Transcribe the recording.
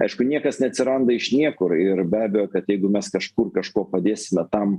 aišku niekas neatsiranda iš niekur ir be abejo kad jeigu mes kažkur kažkuo padėsime tam